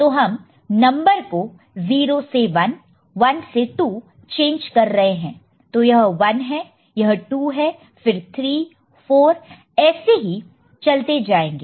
तो हम नंबर को 0 से 1 1 से 2 चेंज कर रहे हैं तो यह 1 है यह 2 है फिर 34 ऐसे ही चलते जाएंगे